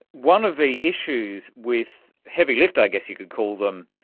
one of the issues with heavy lift, i guess you could call them,